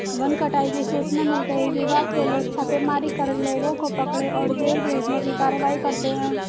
one कटाई की सूचना मिलते ही विभाग के लोग छापेमारी कर लोगों को पकड़े और जेल भेजने की कारवाई करते है